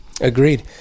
Agreed